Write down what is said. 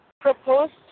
proposed